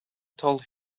told